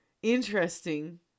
interesting